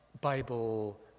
Bible